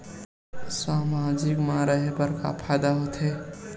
सामाजिक मा रहे बार का फ़ायदा होथे?